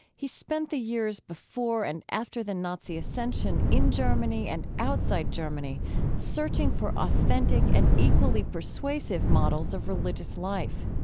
he spent the years before and after the nazi ascension in germany and outside germany searching for authentic and equally persuasive models of religious life.